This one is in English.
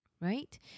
right